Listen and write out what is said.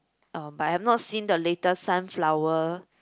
uh but I have not seen the latest Sunflower